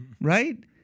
right